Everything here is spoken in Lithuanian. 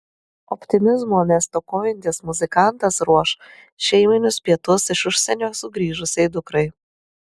optimizmo nestokojantis muzikantas ruoš šeiminius pietus iš užsienio sugrįžusiai dukrai